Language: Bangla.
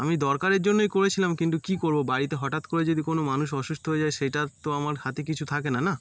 আমি দরকারের জন্যই করেছিলাম কিন্তু কী করবো বাড়িতে হঠাৎ করে যদি কোনো মানুষ অসুস্থ হয়ে যায় সেইটার তো আমার হাতে কিছু থাকে না না